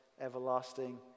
everlasting